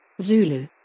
Zulu